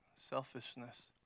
Selfishness